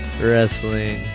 wrestling